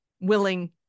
willing